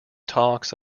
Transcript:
talks